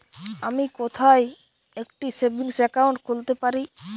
আমি কোথায় একটি সেভিংস অ্যাকাউন্ট খুলতে পারি?